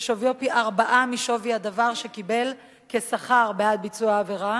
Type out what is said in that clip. ששוויו פי-ארבעה משווי הדבר שקיבל כשכר בעד ביצוע העבירה,